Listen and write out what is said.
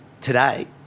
Today